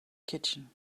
kitchen